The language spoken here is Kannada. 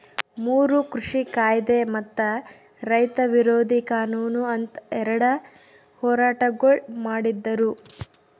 ಮೂರು ಕೃಷಿ ಕಾಯ್ದೆ ಮತ್ತ ರೈತ ವಿರೋಧಿ ಕಾನೂನು ಅಂತ್ ಎರಡ ಹೋರಾಟಗೊಳ್ ಮಾಡಿದ್ದರು